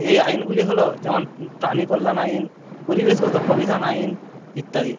এই আইনগুলি হল যেমন প্রাণী কল্যাণ আইন পরিবেশগত প্রবিধান আইন ইত্যাদি